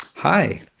Hi